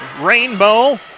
rainbow